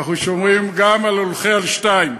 אנחנו שומרים גם על הולכי על שתיים.